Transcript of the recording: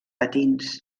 patins